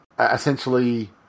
essentially